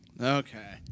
Okay